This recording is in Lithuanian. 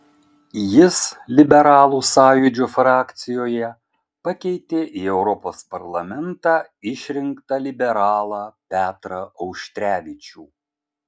jis liberalų sąjūdžio frakcijoje pakeitė į europos parlamentą išrinktą liberalą petrą auštrevičių